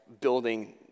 building